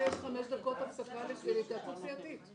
5 הצעה לתיקון החקיקה (3)